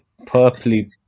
purpley